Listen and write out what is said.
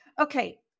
Okay